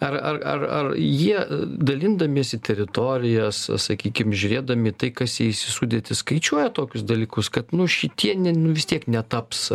ar ar ar jie dalindamiesi teritorijas sakykim žiūrėdami tai kas įeis į sudėtį skaičiuoja tokius dalykus kad nu šitie vis tiek netaps